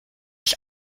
ich